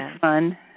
fun